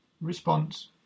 Response